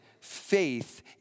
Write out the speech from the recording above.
faith